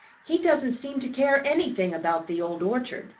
he doesn't seem to care anything about the old orchard,